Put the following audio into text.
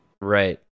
Right